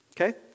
Okay